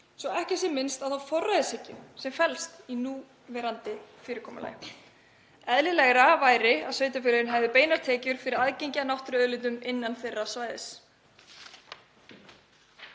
svo ekki sé minnst á þá forræðishyggju sem felst í núverandi fyrirkomulagi. Eðlilegra væri að sveitarfélögin hefðu beinar tekjur fyrir aðgengi að náttúruauðlindum innan þeirra svæðis.